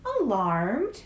alarmed